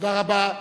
תודה רבה.